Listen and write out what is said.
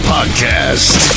Podcast